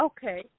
Okay